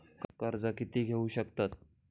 कर्ज कीती घेऊ शकतत?